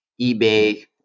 eBay